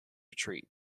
retreat